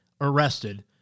arrested